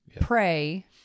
pray